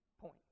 point